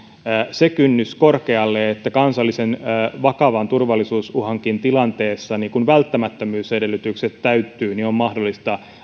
se kynnys korkealle että kansallisen vakavan turvallisuusuhan tilanteessa kun välttämättömyysedellytykset täyttyvät on mahdollista